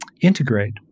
integrate